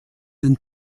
den